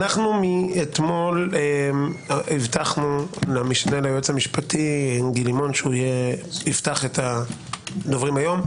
מאתמול הבטחנו למשנה ליועץ המשפטי גיל לימון שיפתח את הדוברים הום.